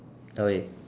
okay